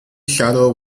shadow